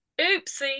oopsie